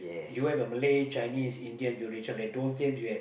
you have a Malay Chinese Indian Eurasian like those days you have